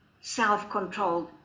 self-controlled